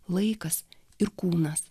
laikas ir kūnas